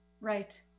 Right